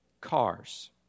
cars